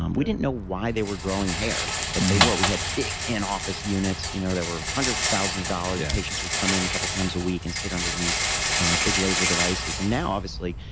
um we didn't know why they were growing hair but they were. we had big in-office units. you know they were hundreds of thousands of dollars. the patients would come in a couple times a week and sit under these big laser devices. and now, obviously,